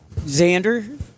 Xander